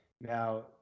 Now